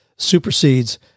supersedes